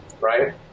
right